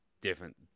different